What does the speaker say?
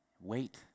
wait